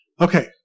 Okay